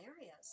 areas